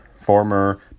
former